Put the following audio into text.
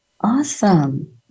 Awesome